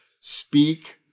speak